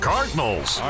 Cardinals